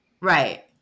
Right